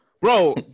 bro